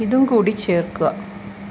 ഇതും കൂടി ചേർക്കുക